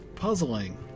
Puzzling